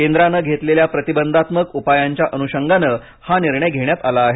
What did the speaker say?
केंद्राने घेतलेल्या प्रतिबंधात्मक उपायांच्या अनुषंगाने हा निर्णय घेण्यात आला आहे